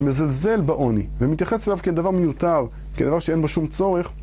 מזלזל בעוני ומתייחס אליו כדבר מיותר, כדבר שאין בו שום צורך